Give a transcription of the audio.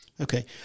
Okay